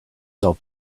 sell